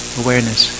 awareness